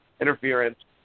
interference